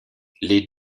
les